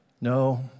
No